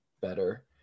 better